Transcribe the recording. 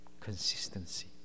Consistency